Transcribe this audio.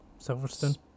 Silverstone